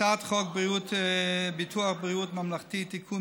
הצעת חוק ביטוח בריאות ממלכתי (תיקון,